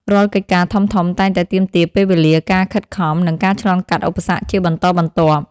រាល់កិច្ចការធំៗតែងតែទាមទារពេលវេលា ការខិតខំ និងការឆ្លងកាត់ឧបសគ្គជាបន្តបន្ទាប់។